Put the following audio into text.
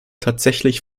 tatsächlich